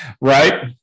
Right